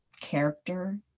character